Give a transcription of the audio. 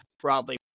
broadly